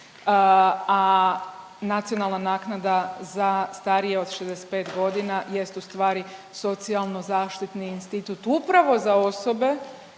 a nacionalna naknada za starije od 65 godina jest u stvari socijalno zaštitni institut upravo za osobe